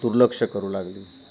दुर्लक्ष करू लागली